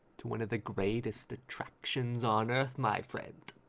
to one of the greatest attractions on earth my friend.